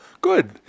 Good